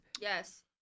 Yes